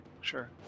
Sure